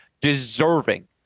deserving